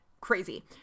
Crazy